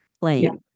playing